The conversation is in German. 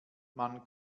man